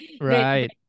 Right